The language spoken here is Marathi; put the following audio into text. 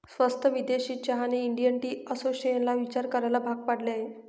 स्वस्त विदेशी चहाने इंडियन टी असोसिएशनला विचार करायला भाग पाडले आहे